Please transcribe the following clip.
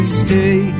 stay